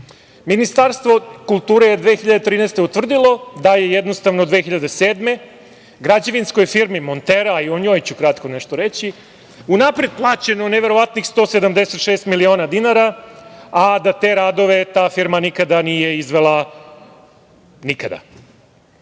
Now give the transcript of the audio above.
umetnosti. Ministarstvo kulture je 2013. godine utvrdilo da je jednostavno 2007. godine građevinskoj firmi „Montera“, a i o njoj ću kratko nešto reći, unapred plaćeno neverovatnih 176 miliona dinara, a da te radove ta firma nikada nije izvela nikada. Suprug